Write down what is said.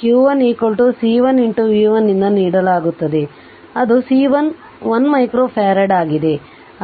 q 1 C1 v1 ನಿಂದ ನೀಡಲಾಗುತ್ತದೆ ಅದು C1 1 ಮೈಕ್ರೋ ಫರಾಡ್ ಆಗಿದೆ